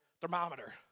Thermometer